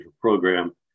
program